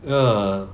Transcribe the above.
ya